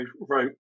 wrote